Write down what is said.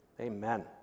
Amen